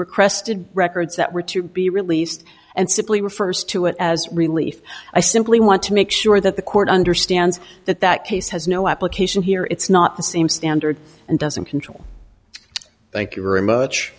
requested records that were to be released and simply refers to it as relief i simply want to make sure that the court understands that that case has no application here it's not the same standard and doesn't control thank you very much